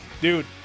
Dude